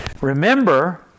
Remember